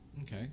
Okay